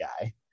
guy